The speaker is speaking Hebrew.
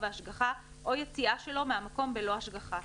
וההשגחה או יציאה שלו מהמקום בלא השגחה,